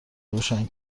روشن